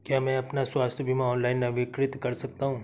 क्या मैं अपना स्वास्थ्य बीमा ऑनलाइन नवीनीकृत कर सकता हूँ?